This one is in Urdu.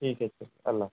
ٹھیک ہے سر اللہ